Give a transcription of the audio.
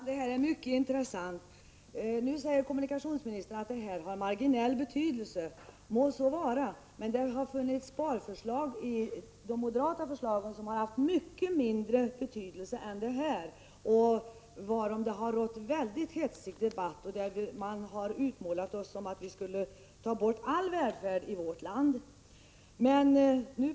Från SCB har kommit ett brev till 100 000 föräldrar med förfrågan om behovet av och efterfrågan på kommunal barnomsorg. De föräldrar som önskar andra barnomsorgsformer för sina barn får inte samma möjlighet att ge till känna sina önskemål. Detta gör undersökningen värdelös vid framtida behovsbedömning.